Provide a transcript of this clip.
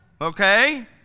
okay